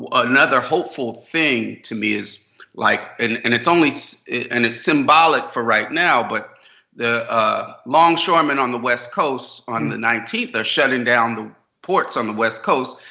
another hopeful thing to me is like and it's and it's only so and it's symbolic for right now. but the ah longshoremen on the west coast, on the nineteenth, are shutting down the ports on the west coast,